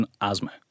asthma